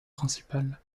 principal